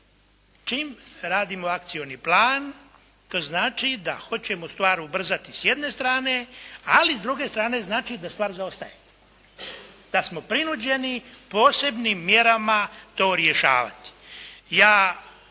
Čim radimo akcioni plan to znači da hoćemo stvar ubrzati s jedne strane, ali s druge strane znači da stvar zaostaje, da smo prinuđeni posebnim mjerama to rješavati.